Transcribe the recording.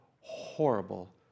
horrible